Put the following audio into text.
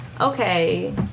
Okay